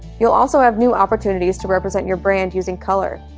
you'll also have new opportunities to represent your brand using color.